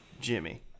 Jimmy